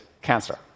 cancer